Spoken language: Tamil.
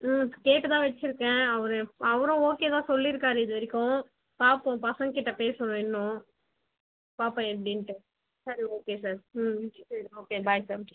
ம் கேட்டுதான் வச்சிருக்கேன் அவர் அவரும் ஓகே தான் சொல்லியிருக்காரு இது வரைக்கும் பார்ப்போம் பசங்ககிட்ட பேசணும் இன்னும் பார்ப்போம் எப்படின்ட்டு சரி ஓகே சார் ம் ம் சரி ஓகே பாய் சார்